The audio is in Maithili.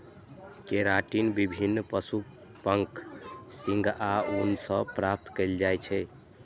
केराटिन विभिन्न पशुक पंख, सींग आ ऊन सं प्राप्त कैल जाइ छै